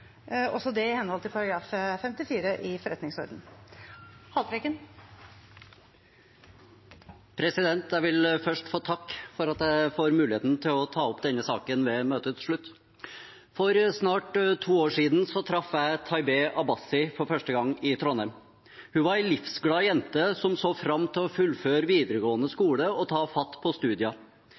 også det i henhold til § 54 i forretningsordenen. Jeg vil først få takke for at jeg får muligheten til å ta opp denne saken ved møtets slutt. For snart to år siden traff jeg Taibeh Abbasi for første gang i Trondheim. Hun var en livsglad jente som så fram til å fullføre videregående skole og ta fatt på